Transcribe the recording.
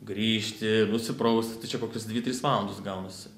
grįžti nusiprausti tai čia kokios dvi trys valandos gaunasi